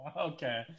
Okay